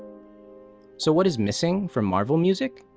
so what is missing from marvel music?